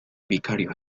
vicario